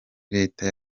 leta